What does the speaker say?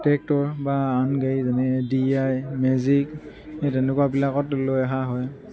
tractor বা আন গাড়ী যেনে ডি আই মেজিক সেই তেনেকুৱাবিলাকত লৈ অহা হয়